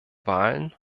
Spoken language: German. wahlen